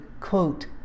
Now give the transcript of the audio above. quote